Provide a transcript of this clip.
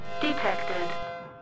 detected